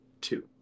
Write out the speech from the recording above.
two